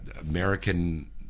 American